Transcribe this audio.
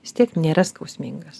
vis tiek nėra skausmingas